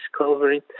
discovering